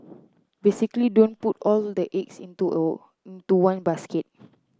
basically don't put all the eggs into into one basket